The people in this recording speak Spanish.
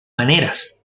maneras